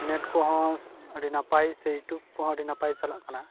net ᱠᱚᱦᱚᱸ ᱟᱹᱰᱤ ᱱᱟᱯᱟᱭ ᱥᱮ ᱤᱭᱩᱴᱤᱭᱩᱵᱽ ᱠᱚᱦᱚᱸ ᱟᱹᱰᱤ ᱱᱟᱯᱟᱭ ᱪᱟᱞᱟᱜ ᱠᱟᱱᱟ